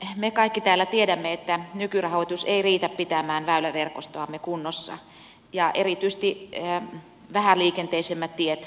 me kaikki täällä tiedämme että nykyrahoitus ei riitä pitämään väyläverkostoamme kunnossa ja erityisesti vähäliikenteisemmät tiet kärsivät